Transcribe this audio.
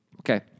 Okay